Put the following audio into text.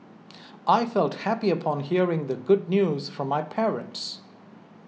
I felt happy upon hearing the good news from my parents